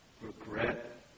regret